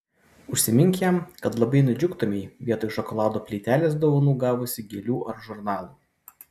užsimink jam kad labai nudžiugtumei vietoj šokolado plytelės dovanų gavusi gėlių ar žurnalų